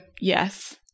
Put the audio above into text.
yes